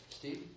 Steve